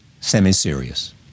Semi-serious